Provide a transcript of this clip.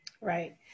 Right